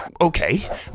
okay